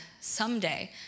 someday